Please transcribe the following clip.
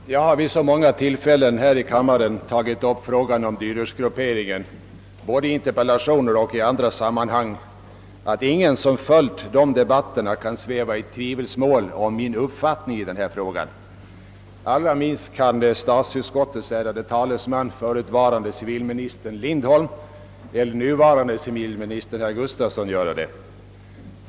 Herr talman! Jag har vid så många tillfällen här i kammaren tagit upp frågan om dyrortsgrupperingen — både i interpellationer och på annat sätt — att ingen som följt dessa debatter kan sväva i tvivelsmål om min uppfattning i denna fråga. Allra minst kan statsutskottets ärade talesman, förutvarande civilministern herr Lindholm, och den nuvarande civilministern herr Gustafsson göra det.